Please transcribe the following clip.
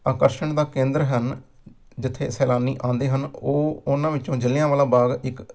ਆਕਰਸ਼ਣ ਦਾ ਕੇਂਦਰ ਹਨ ਜਿੱਥੇ ਸੈਲਾਨੀ ਆਉਂਦੇ ਹਨ ਉਹ ਉਹਨਾਂ ਵਿੱਚੋਂ ਜਲਿਆਂਵਾਲਾ ਬਾਗ ਇੱਕ